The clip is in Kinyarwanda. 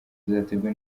bizaterwa